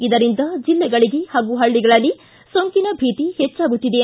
ಇದರಿಂದ ಜಿಲ್ಲೆಗಳಿಗೆ ಹಾಗೂ ಪಳ್ಳಿಗಳಲ್ಲಿ ಸೋಂಕಿನ ಭೀತಿ ಹೆಚ್ಚಾಗುತ್ತಿದೆ